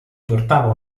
portava